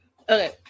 Okay